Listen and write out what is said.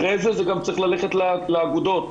אחרי זה צריך ללכת גם לאגודות.